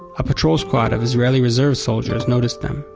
a patrol squad of israeli reserve soldiers noticed them,